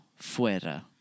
fuera